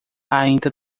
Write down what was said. ainda